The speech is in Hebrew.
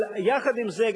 אבל יחד עם זה,